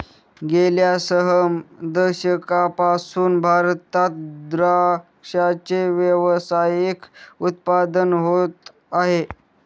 गेल्या सह दशकांपासून भारतात द्राक्षाचे व्यावसायिक उत्पादन होत आहे